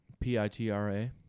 P-I-T-R-A